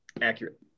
Accurate